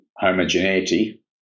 homogeneity